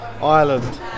Ireland